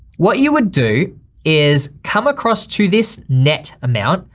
what you would do is come across to this net amount,